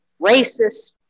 racist